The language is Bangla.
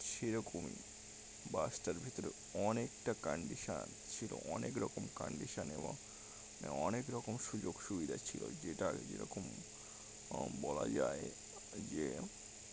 সেরকমই বাসটার ভিতরে অনেকটা কানডিশান ছিল অনেক রকম কানডিশান এবং অনেক রকম সুযোগ সুবিধা ছিল যেটা যেরকম বলা যায় যে